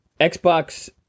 Xbox